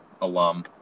alum